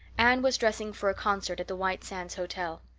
anne was dressing for a concert at the white sands hotel.